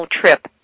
trip